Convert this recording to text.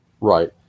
Right